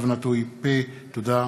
תודה.